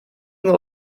nur